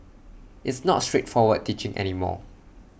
it's not straightforward teaching any more